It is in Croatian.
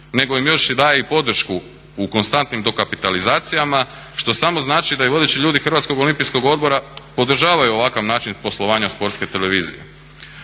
nego im još daje i podršku u konstantnim dokapitalizacijama što samo znači da i vodeći ljudi Hrvatskog olimpijskog odbora podržavaju ovakav način poslovanja Sportske televizije.